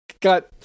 Got